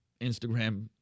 Instagram